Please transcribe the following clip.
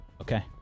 Okay